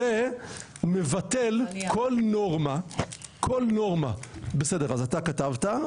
בסדר, אתה כתבת.